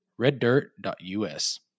reddirt.us